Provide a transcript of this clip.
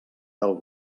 del